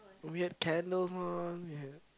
weird candles on we have